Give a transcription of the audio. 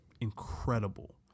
incredible